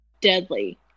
Deadly